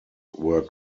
were